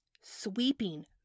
Sweeping